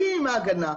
בלי מעגנה,